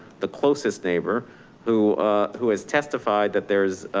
the closest neighbor who who has testified that there's